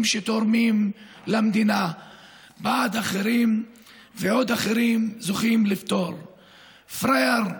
שתורמים למדינה בעוד אחרים זוכים לפטור: פראייר,